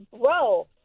Bro